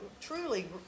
truly